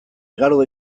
igaro